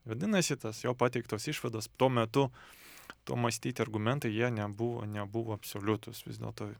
vadinasi tas jo pateiktos išvados tuo metu tuo mąstyti argumentai jie nebuvo nebuvo absoliutūs vis dėlto